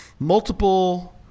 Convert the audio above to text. multiple